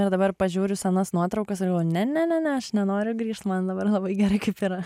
na dabar pažiūriu senas nuotraukas ir galvoju ne ne ne ne aš nenoriu grįžt man dabar labai gerai kaip yra